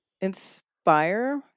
inspire